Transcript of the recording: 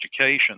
education